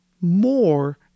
more